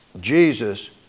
Jesus